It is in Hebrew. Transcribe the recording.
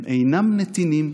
הם אינם נתינים,